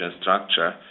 structure